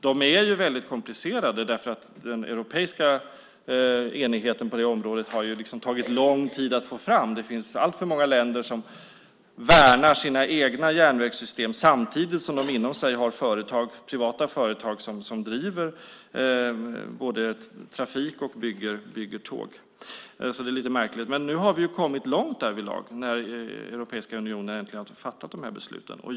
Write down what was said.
De är väldigt komplicerade, därför att den europeiska enigheten på det området har tagit lång tid att få fram. Alltför många länder värnar sina egna järnvägssystem samtidigt som de inom sig har privata företag som både driver trafik och bygger tåg. Det är lite märkligt. Men nu har vi kommit långt därvidlag, när Europeiska unionen äntligen har fattat de här besluten.